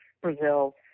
Brazil